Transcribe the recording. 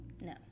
no